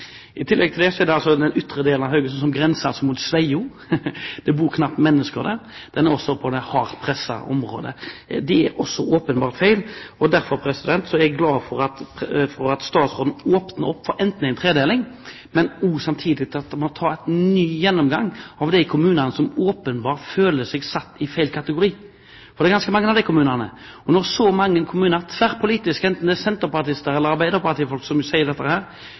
I tillegg til det er den ytre delen av Haugesund, som grenser mot Sveio – det bor knapt mennesker der – også plassert i kategorien hardt presset område. Det er også åpenbart feil. Derfor er jeg glad for at statsråden åpner opp for en tredeling, men også at man samtidig tar en ny gjennomgang med hensyn til de kommunene som åpenbart føler seg satt i feil kategori, og det er ganske mange av de kommunene. Og når så mange kommuner sier dette – enten det er senterpartifolk eller arbeiderpartifolk